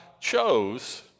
chose